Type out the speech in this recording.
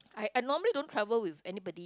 I I normally don't travel with anybody